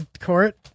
court